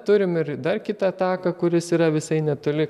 turime ir dar kitą taką kuris yra visai netoli